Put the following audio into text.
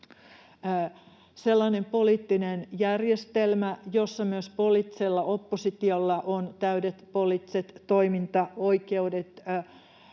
sellainen poliittinen järjestelmä, jossa myös poliittisella oppositiolla on täydet poliittiset toimintaoikeudet,